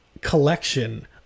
collection